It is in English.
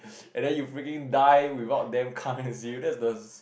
and then you freaking die without them coming to see you that's the